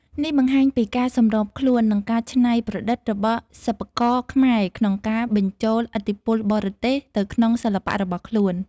នេះបង្ហាញពីការសម្របខ្លួន និងការច្នៃប្រឌិតរបស់សិប្បករខ្មែរក្នុងការបញ្ចូលឥទ្ធិពលបរទេសទៅក្នុងសិល្បៈរបស់ខ្លួន។